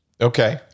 okay